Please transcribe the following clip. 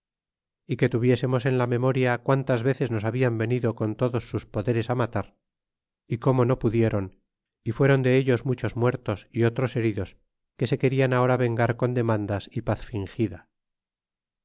y que tuviésemos en la memoria quan tes veces nos habían venido con todos sus podares matar y como no pudiron y fueron de ellos muchos muertos y otros heridos que se querian ahora vengar con demandas y paz fingida